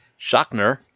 Shockner